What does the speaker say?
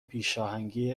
پیشاهنگی